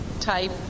type